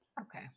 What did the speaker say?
Okay